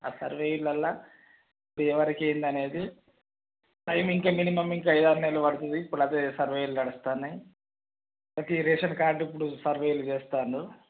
ఆ సర్వేలల్లో ప ఎవరరికి ఏంది అనేది టైమ్ ఇంకా మినిమం ఇంకా ఐదు ఆరు నెలలు పడుతుంది ఇప్పుడు అయితే సర్వేలు నడుస్తున్నాయి మనకి ఇప్పుడు రేషన్ కార్డులు సర్వేలు చేస్తున్నారు